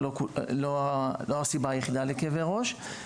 אבל לא הסיבה היחידה לכאבי ראש.